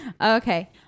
Okay